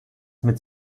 mit